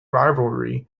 rivalry